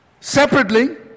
Separately